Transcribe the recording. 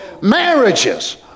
marriages